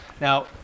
Now